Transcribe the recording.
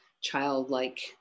childlike